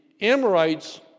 Amorites